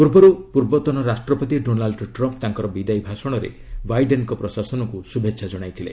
ପୂର୍ବରୁ ପୂର୍ବତନ ରାଷ୍ଟ୍ରପତି ଡୋନାଲ୍ଡ୍ ଟ୍ରମ୍ ତାଙ୍କର ବିଦାୟୀ ଭାଷଣରେ ବାଇଡେନ୍ଙ୍କ ପ୍ରଶାସନକୁ ଶୁଭେଚ୍ଛା ଜଣାଇଥିଲେ